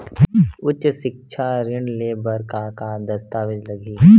उच्च सिक्छा ऋण ले बर का का दस्तावेज लगही?